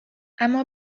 اما